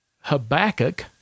Habakkuk